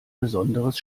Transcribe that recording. besonderes